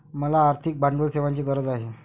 मला आर्थिक भांडवल सेवांची गरज आहे